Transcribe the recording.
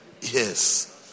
yes